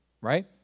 right